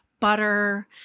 butter